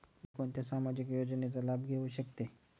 मी कोणत्या सामाजिक योजनेचा लाभ घेऊ शकते?